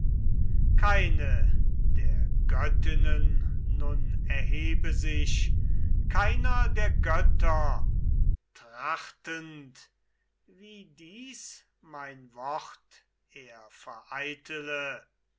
keine der göttinnen nun erhebe sich keiner der götter trachtend wie dies mein wort er vereitele